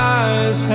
eyes